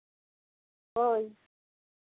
ᱦᱳᱭ